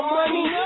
money